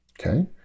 okay